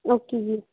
okay ਜੀ